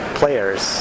players